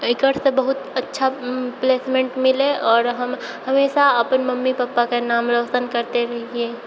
एकरसँ बहुत अच्छा प्लेसमेन्ट मिलै आओर हम हमेशा अपन मम्मी पापाके नाम रौशन करते रहियै